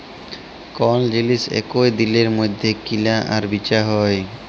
call জিলিস একই দিলের মইধ্যে কিলা আর বিচা হ্যয়